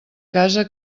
casa